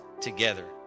together